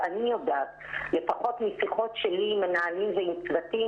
ואני יודעת לפחות משיחות שלי עם מנהלים ועם צוותים